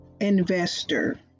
investor